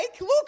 Look